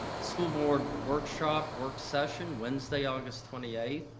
school board workshop work session, wednesday, august twenty eight.